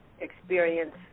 experience